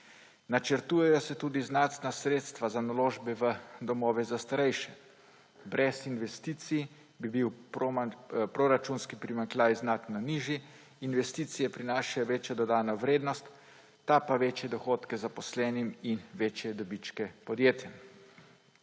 Načrtujejo se tudi znatna sredstva za naložbene v domove za starejše. Brez investicij bi bil proračunski primanjkljaj znatno nižji, investicije prinašajo večjo dodatno vrednost, ta pa večje dohodke zaposlenim in večje dobičke podjetjem.